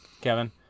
Kevin